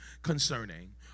Concerning